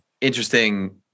interesting